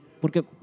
porque